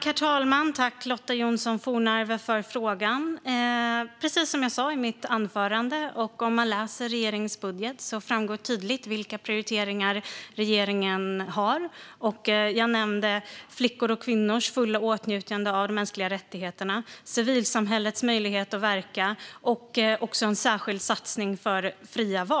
Herr talman! Tack, Lotta Johnsson Fornarve, för frågan! I mitt anförande och i regeringens budget framgår tydligt vilka prioriteringar regeringen har. Jag nämnde flickors och kvinnors fulla åtnjutande av mänskliga rättigheter, civilsamhällets möjlighet att verka och också en särskild satsning för fria val.